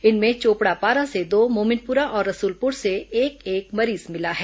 इनमें चोपड़ापारा से दो मोमिनपुरा और रसुलपुर से एक एक मरीज मिला है